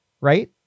right